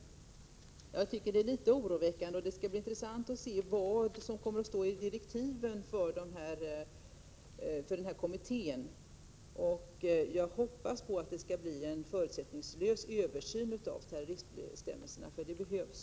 Jag tycker att det är litet oroväckande. Det skall bli intressant att se vad som kommer att stå i direktiven för denna kommitté. Jag hoppas att det skall bli en förutsättningslös översyn av terroristbestämmelserna — det behövs.